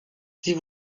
sie